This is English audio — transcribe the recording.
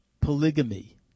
polygamy